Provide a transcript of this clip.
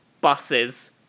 buses